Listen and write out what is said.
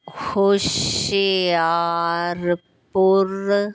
Hoshiarpur